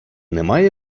немає